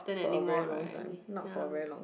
for a very long time not for very long